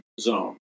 zone